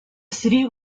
city